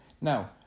Now